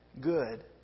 good